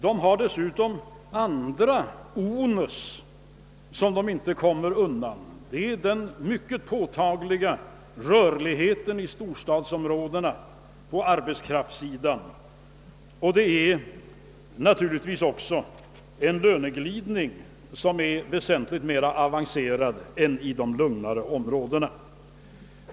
De har dessutom andra nackdelar, som de inte kommer undan. Det är den mycket påtagliga rörligheten i storstadsområdena på arbetskraftssidan, och det är naturligtvis också löneglidningen som är väsentligt mera avancerad än i de lugnare områdena.